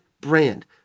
brand